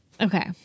Okay